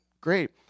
great